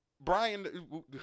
Brian